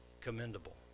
commendable